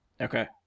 Okay